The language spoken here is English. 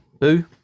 Boo